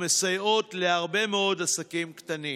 ומסייעות להרבה מאוד עסקים קטנים.